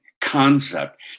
concept